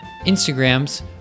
Instagrams